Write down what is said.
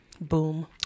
Boom